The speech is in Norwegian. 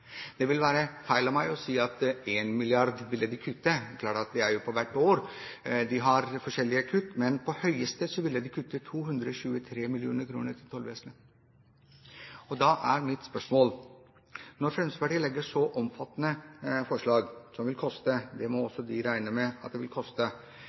det mer enn 1 mrd. kr. Det vil være feil av meg å si at de vil kutte 1 mrd. kr. Det er klart at det er jo for hvert år de har forskjellige kutt, men på det høyeste ville de kutte 223 mill. kr til tollvesenet. Da er mitt spørsmål: Når Fremskrittspartiet fremmer så omfattende forslag, som vil koste – de må